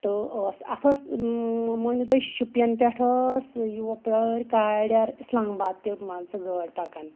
تہٕ اوس اَتھ ٲس مٲنِو تُہۍ شُپیَن پٮ۪ٹھٕ ٲس یپٲرۍ کاڈٮ۪ر اِسلام باد تہِ مان ژٕ گٲڑۍ پَکان